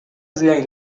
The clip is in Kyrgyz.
зыян